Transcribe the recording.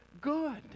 good